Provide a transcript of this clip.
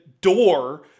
door